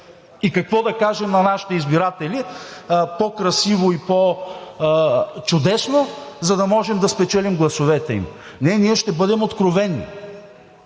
И какво да кажем на нашите избиратели по-красиво и по-чудесно, за да можем да спечелим гласовете им? Не, ние ще бъдем откровени